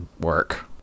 work